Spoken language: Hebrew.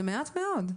זה מעט מאוד.